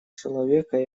человека